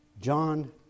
John